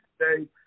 today